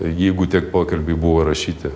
jeigu tie pokalbiai buvo įrašyti